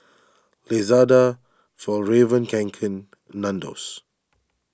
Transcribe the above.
Lazada Fjallraven Kanken Nandos